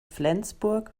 flensburg